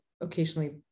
occasionally